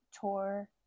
tour